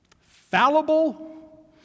fallible